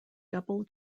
double